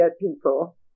people